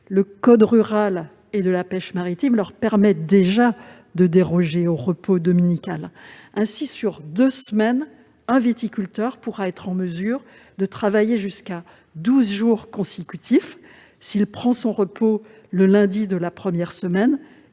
le code rural et de la pêche maritime leur permet déjà de déroger au repos dominical. Ainsi, sur deux semaines, un viticulteur pourra être en mesure de travailler jusqu'à douze jours consécutifs, s'il prend son repos le lundi de la première semaine